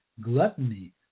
gluttony